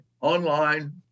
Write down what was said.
online